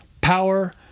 power